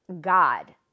God